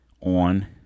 on